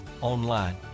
online